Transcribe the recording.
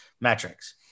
metrics